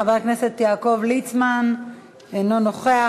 חבר הכנסת יעקב ליצמן, אינו נוכח,